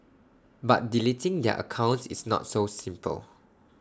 but deleting their accounts is not so simple